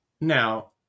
now